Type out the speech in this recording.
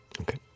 Okay